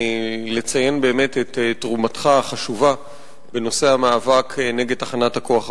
לציין באמת את תרומתך החשובה בנושא המאבק נגד תחנת הכוח הפחמית.